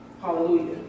Hallelujah